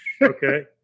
Okay